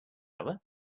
other